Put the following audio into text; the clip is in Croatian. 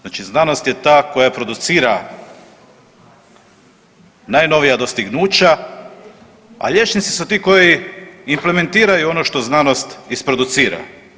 Znači znanost je ta koja producira najnovija dostignuća a liječnici su ti koji implementiraju ono što znanost isproducira.